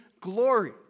glory